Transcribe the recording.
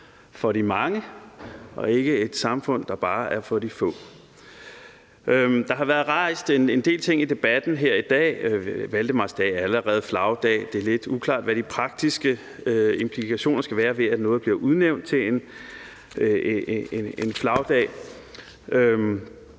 for de mange og ikke et samfund, der bare er for de få. Der har været rejst en del ting i debatten her i dag. Valdemarsdag er allerede flagdag. Det er lidt uklart, hvad de praktiske implikationer skal være ved, at noget bliver udnævnt til en flagdag.